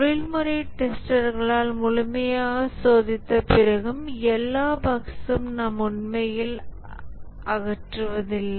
தொழில்முறை டெஸ்டர்களால் முழுமையாக சோதித்த பிறகும் எல்லா பஃக்ஸ்ம் நாம் உண்மையில் அகற்றுவதில்லை